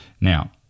Now